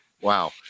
Wow